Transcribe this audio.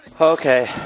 Okay